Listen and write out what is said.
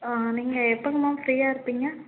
ஆ நீங்கள் எப்போங்க மேம் ஃப்ரீயாக இருப்பீங்க